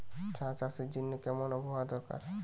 চা চাষের জন্য কেমন আবহাওয়া দরকার?